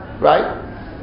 right